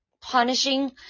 punishing